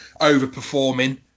overperforming